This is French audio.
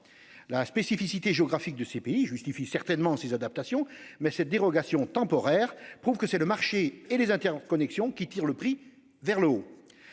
La spécificité géographique de ces pays justifie certainement ces adaptations, mais cette dérogation temporaire prouve que ce sont le marché et les interconnexions qui tirent les prix vers le haut.